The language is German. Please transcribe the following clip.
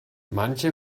manche